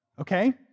okay